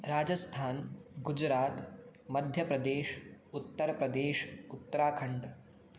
Rajasthan Gujarat Madhya Pradesh Uttar Pradesh Uttarakhand